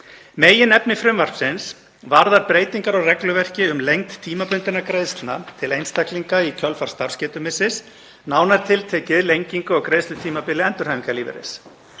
Meginefni frumvarpsins varðar breytingar á regluverki um lengd tímabundinna greiðslna til einstaklinga í kjölfar starfsgetumissis, nánar tiltekið lengingu á greiðslutímabili endurhæfingarlífeyris.